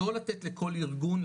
לא לתת לכל ארגון,